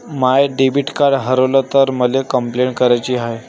माय debit card हारवल तर मले कंपलेंट कराची हाय